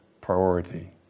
priority